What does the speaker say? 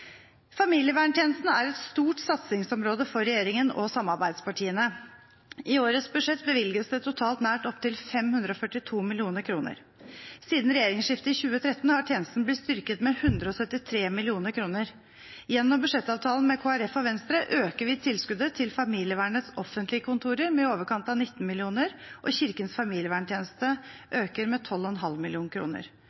Familieverntjenesten er et stort satsingsområde for regjeringen og samarbeidspartiene. I årets budsjett bevilges det totalt nært opptil 542 mill. kr. Siden regjeringsskiftet i 2013 har tjenesten blitt styrket med 173 mill. kr. Gjennom budsjettavtalen med Kristelig Folkeparti og Venstre øker vi tilskuddet til familievernets offentlige kontorer med i overkant av 19 mill. kr, og tilskuddet til kirkens familieverntjeneste